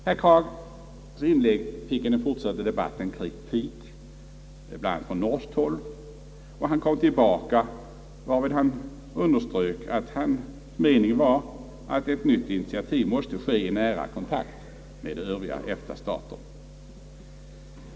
Herr Krags inlägg fick i den fortsatta debatten kritik bl.a. från norskt håll och han kom tillbaka, varvid han särskilt underströk att ett nytt initiativ måste tagas i nära kontakt med Övriga EFTA-länder.